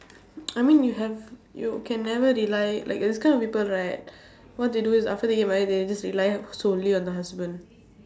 I mean you have you can never rely like these kind of people right what they do is after they get married they just rely solely on the husband